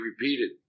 repeated